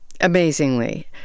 amazingly